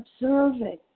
observing